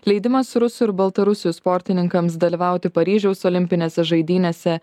leidimas rusų ir baltarusių sportininkams dalyvauti paryžiaus olimpinėse žaidynėse